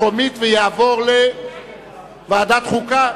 לדיון מוקדם בוועדת החוקה,